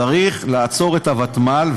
צריך לעצור את הוותמ"ל,